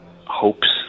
hopes